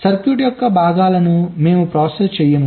సర్క్యూట్ల యొక్క భాగాలను మేము ప్రాసెస్ చేయము